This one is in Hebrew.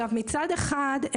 מצד אחד,